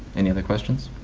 any other questions?